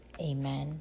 amen